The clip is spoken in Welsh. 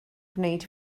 gwneud